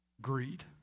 Greed